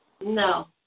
No